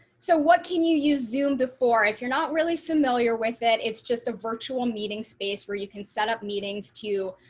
so what can you use zoom before. if you're not really familiar with it. it's just a virtual meeting space where you can set up meetings to